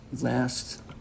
Last